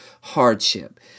hardship